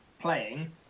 playing